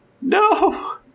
No